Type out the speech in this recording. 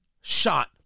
shot